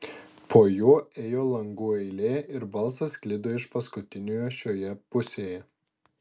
po juo ėjo langų eilė ir balsas sklido iš paskutiniojo šioje pusėje